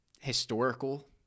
historical